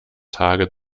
tage